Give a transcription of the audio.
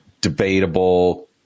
debatable